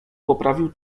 poprawił